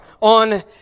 on